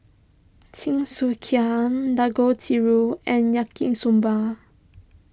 Jingisukan Dangojiru and Yaki Soba